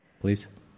Please